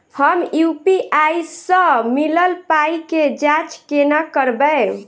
हम यु.पी.आई सअ मिलल पाई केँ जाँच केना करबै?